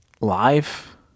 life